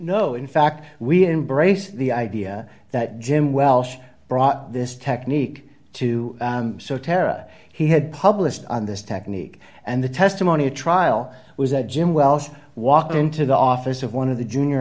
know in fact we embrace the idea that jim welsh brought this technique to so tara he had published on this technique and the testimony at trial was that jim wells walked into the office of one of the junior